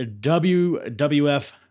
WWF